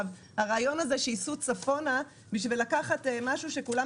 הרעיון הזה שיסעו צפונה בשביל לקחת משהו כשכולם